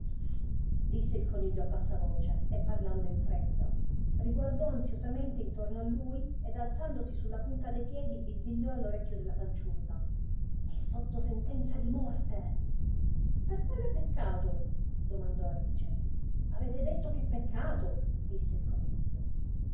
disse il coniglio a voce bassa e parlando in fretta riguardò ansiosamente intorno a lui ed alzandosi sulla punta de piedi bisbigliò all'orecchio della fanciulla è sotto sentenza di morte per quale peccato domandò alice avete detto che peccato disse il coniglio